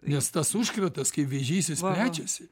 nes tas užkratas kaip vėžys jis plečiasi